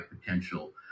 potential